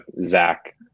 Zach